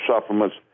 supplements